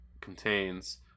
contains